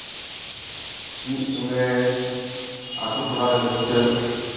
ᱢᱤᱫ ᱥᱚᱝᱜᱮ ᱟᱛᱳ ᱴᱚᱞᱟ ᱨᱮ ᱨᱟᱹᱥᱠᱟᱹ